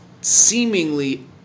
seemingly